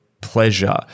pleasure